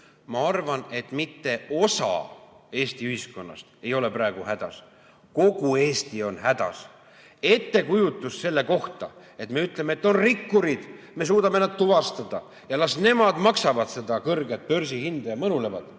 Ma arvan, et mitte osa Eesti ühiskonnast ei ole praegu hädas, vaid kogu Eesti on hädas. Me ütleme, et on rikkurid, me suudame nad tuvastada ja las nemad maksavad seda kõrget börsihinda ja mõnulevad,